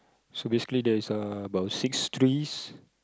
so basically there is uh about six trees